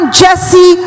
jesse